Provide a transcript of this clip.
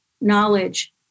knowledge